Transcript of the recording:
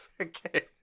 Okay